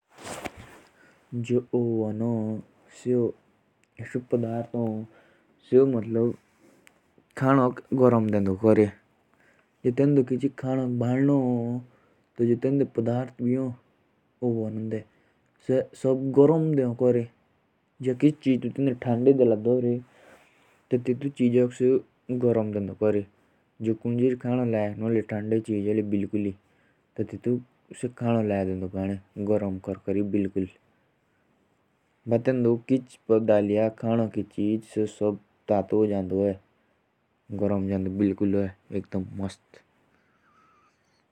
जो ओवन होन सो एसो पदार्थ होन जो खानोक गरम डेंडो कोरी जे तेंडो किछे खानो भानो होन तो जो ओवन्दे पदार्थ बी होन सो टेकुक गरम देउन कोरी। जो कुंजी चिज खानो लयोक नु होली तो सो टेकुक खानो लायक डेंडो भणी। बा तेंडो किच भी दलिया तेंडो सब गरम जांडो होई।